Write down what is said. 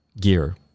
gear